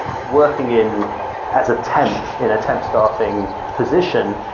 working in as a temp, in a temp staffing position,